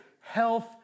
health